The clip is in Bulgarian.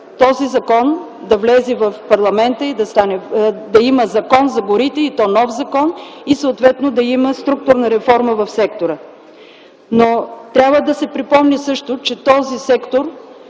този закон да влезе в парламента и да има нов Закон за горите и съответно да има структурна реформа в сектора. Трябва да се припомни също, че този сектор,